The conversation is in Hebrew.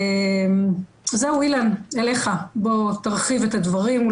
אילן, תרחיב את הדברים.